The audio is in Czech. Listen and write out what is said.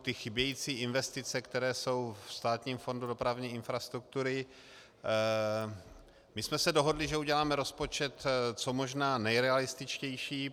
Ty chybějící investice, které jsou ve Státním fondu dopravní infrastruktury my jsme se dohodli, že uděláme rozpočet co možná nejrealističtější.